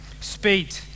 speed